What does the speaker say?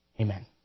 Amen